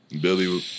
Billy